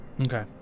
okay